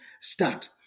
start